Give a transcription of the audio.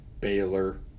Baylor